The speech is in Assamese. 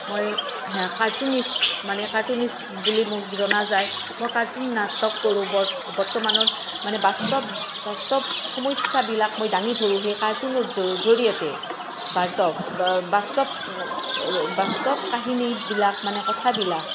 মই কাৰ্টুনিষ্ট মানে কাৰ্টুনিষ্ট বুলি মোক জনা যায় মই কাৰ্টুন নাটক কৰোঁ বৰ্তমানৰ মানে বাস্তৱ বাস্তৱ সমস্যাবিলাক মই দাঙি ধৰোঁ সেই কাৰ্টুনৰ জৰিয়তে বাৰ্তৱ বাস্তৱ বাস্তৱ কাহিনীবিলাক মানে কথাবিলাক